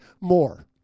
more